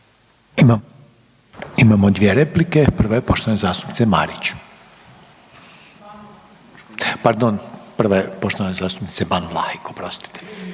Imamo dvije replike. Prva je poštovane zastupnice Marić. Pardon, prva je poštovane zastupnice Ban Vlahek. Oprostite.